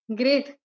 great